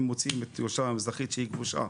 אם מוציאים את ירושלים המזרחית שהיא כבושה,